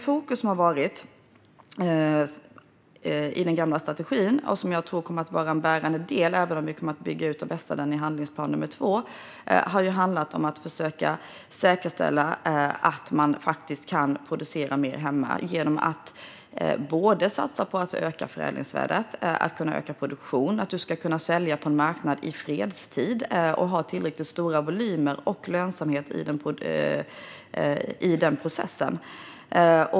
Fokus i den gamla strategin, som jag tror kommer att vara en bärande del även om vi kommer att bygga ut och vässa den i handlingsplan nummer två, har varit att säkerställa att man kan producera mer hemma. Det gör man både genom att satsa på att öka förädlingsvärdet och genom att öka produktionen. Det ska gå att sälja på en marknad i fredstid och ha tillräckligt stora volymer och lönsamhet i den processen.